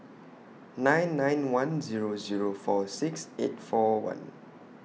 nine nine one Zero Zero four six eight four one